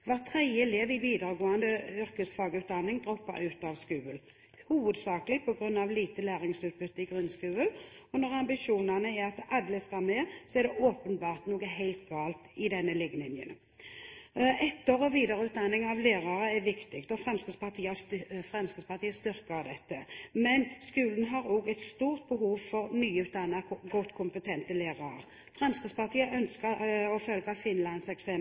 tredje elev i videregående yrkesfagutdanning dropper ut av skolen hovedsakelig på grunn av lite læringsutbytte i grunnskolen. Når ambisjonen er at alle skal med, er det åpenbart noe helt galt i denne ligningen. Etter- og videreutdanning av lærere er viktig, og Fremskrittspartiet styrker dette. Skolen har også et stort behov for nyutdannede, godt kompetente lærere. Fremskrittspartiet ønsker å følge Finlands eksempel